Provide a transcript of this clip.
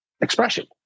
expression